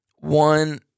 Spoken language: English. One